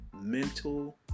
mental